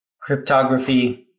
cryptography